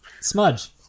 smudge